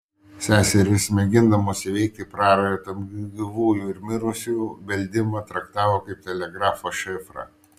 seserys mėgindamos įveikti prarają tarp gyvųjų ir mirusiųjų beldimą traktavo kaip telegrafo šifrą